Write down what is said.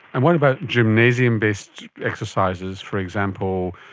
and what about gymnasium-based exercises? for example,